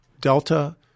Delta